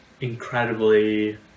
incredibly